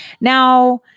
Now